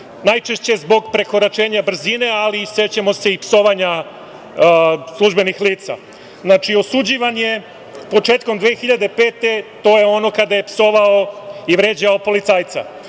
najčešće zbog prekoračenja brzine, ali sećamo se i psovanja službenih lica. Znači, osuđivan je početkom 2005. godine, to je ono kada je psovao i vređao policajca,